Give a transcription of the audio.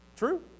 true